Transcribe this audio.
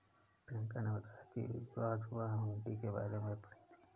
प्रियंका ने बताया कि आज वह हुंडी के बारे में पढ़ी थी